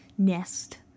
Nest